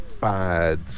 bad